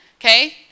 okay